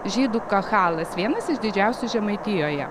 žydų kahalas vienas iš didžiausių žemaitijoje